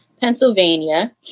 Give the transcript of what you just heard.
Pennsylvania